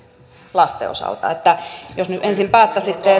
lasten osalta että jos nyt ensin päättäisitte